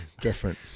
different